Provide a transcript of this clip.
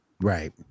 right